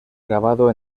grabado